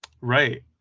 right